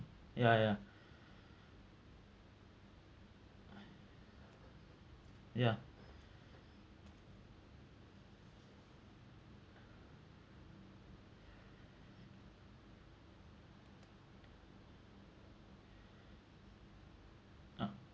ya ya ya